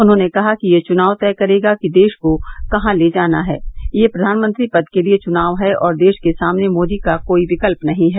उन्होंने कहा कि यह चुनाव तय करेगा कि देश को कहां ले जाना है यह प्रधानमंत्री पद के लिये चुनाव है और देश के सामने मोदी का कोई विकल्प नहीं है